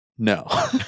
No